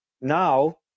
now